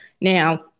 Now